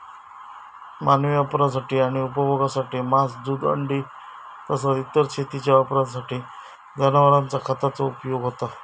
मानवी वापरासाठी आणि उपभोगासाठी मांस, दूध, अंडी तसाच इतर शेतीच्या वापरासाठी जनावरांचा खताचो उपयोग होता